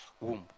womb